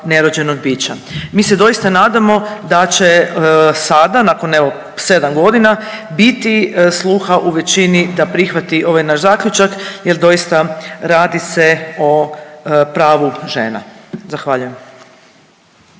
Mi se doista nadamo da će sada nakon evo 7 godina biti sluha u većini da prihvati ovaj naš zaključak jer doista radi se o pravu žena. Zahvaljujem.